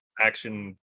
action